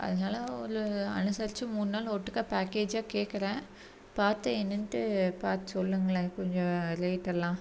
அதனால ஒரு அனுசரிச்சு மூணு நாள் ஒட்டுக்கா பேக்கேஜா கேட்கிறேன் பார்த்து என்னெனுட்டு பார்த்து சொல்லுங்களேன் கொஞ்சம் ரேட்டெல்லாம்